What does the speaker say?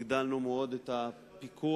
והגדלנו מאוד את הפיקוח